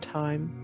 time